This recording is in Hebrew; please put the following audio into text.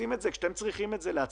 עושים את זה כשאתם צריכים את זה לעצמכם.